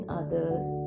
others